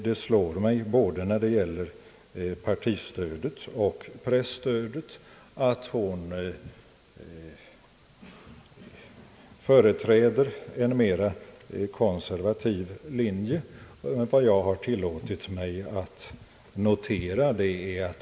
Det slår mig att hon när det gäller både partistödet och presstödet företräder en mera konservativ linje än jag har tillåtit mig att markera.